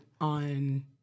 on